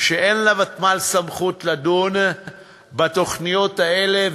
שאין לוותמ"ל סמכות לדון בתוכניות האלה,